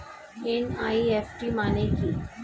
NEFT মানে কি?